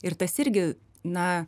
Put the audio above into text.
ir tas irgi na